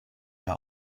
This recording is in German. der